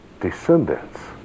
descendants